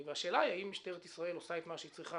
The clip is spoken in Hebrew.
השאלה היא אם משטרת ישראל עושה את מה שהיא צריכה,